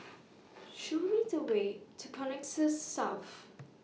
Show Me The Way to Connexis South